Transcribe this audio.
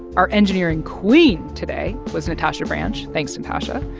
our engineering queen today was natasha branch. thanks, natasha.